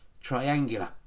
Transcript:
Triangular